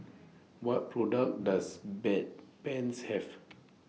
What products Does Bedpans Have